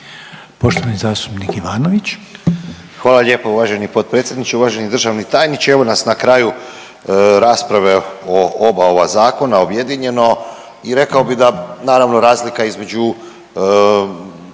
Poštovani zastupnik Ivanović.